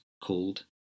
called